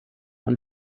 und